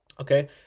okay